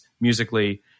musically